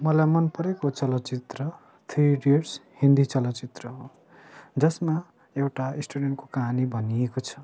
मलाई मनपरेको चलचित्र थ्री इडियट्स हिन्दी चलचित्र हो जसमा एउटा स्टुडेन्टको कहानी भनिएको छ